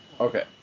Okay